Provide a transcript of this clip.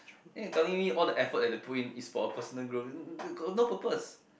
then you telling me all the effort that they putting in is for personal growth got no purpose